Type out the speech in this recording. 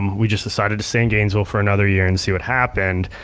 um we just decided to stay in gainesville for another year and see what happened,